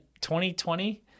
2020